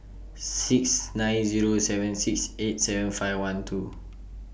six nine Zero seven six eight seven five one two